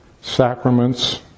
sacraments